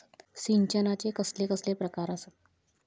सिंचनाचे कसले कसले प्रकार आसत?